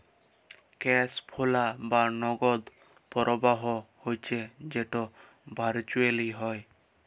cash flow বা নগদ পরবাহ হচ্যে যেট ভারচুয়েলি হ্যয়